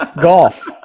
Golf